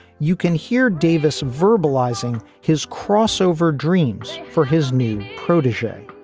you can hear davis verbalizing his crossover dreams for his new protege.